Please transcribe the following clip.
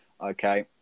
okay